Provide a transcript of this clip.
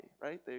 Right